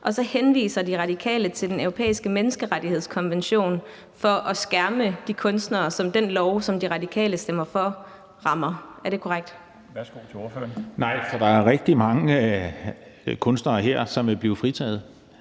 Og så henviser De Radikale til Den Europæiske Menneskerettighedskonvention for at skærme de kunstnere, som den lov, som De Radikale stemmer for, rammer. Er det korrekt? Kl. 20:43 Den fg. formand (Bjarne Laustsen): Ordføreren.